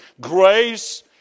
Grace